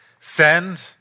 send